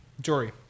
Jory